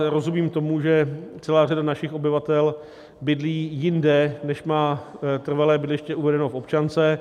Rozumím tomu, že celá řada našich obyvatel bydlí jinde, než má trvalé bydliště uvedené v občance.